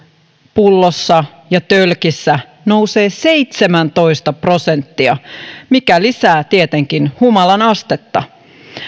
pullossa ja tölkissä nousee seitsemäntoista prosenttia mikä lisää tietenkin humalan astetta